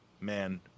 man